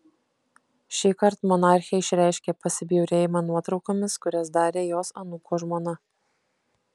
šįkart monarchė išreiškė pasibjaurėjimą nuotraukomis kurias darė jos anūko žmona